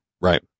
Right